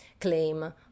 claim